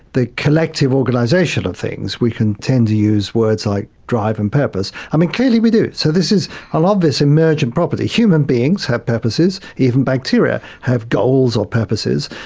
the collective organisation of things, we can tend to use words like drive and purpose. i mean, clearly we do. so this is an um obvious emergent property. human beings have purposes, even bacteria have goals or purposes,